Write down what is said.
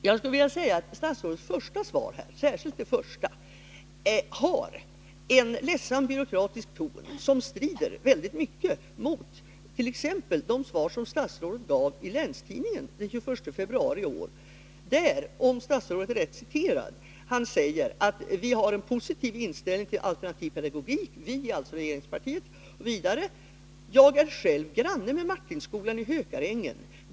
Jag skulle vilja säga att särskilt statsrådets första svar har en ledsam byråkratisk ton, som väldigt mycket strider mot t.ex. de intervjusvar som statsrådet gav i Länstidningen den 21 februari i år. Där säger statsrådet — om han är rätt citerad — att ”vi har en positiv inställning till alternativ pedagogik”. ”Vi” är alltså regeringspartiet. Vidare: ”Jag är själv granne med Martinskolan i Hökarängen.